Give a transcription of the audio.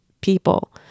people